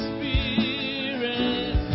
Spirit